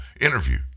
interview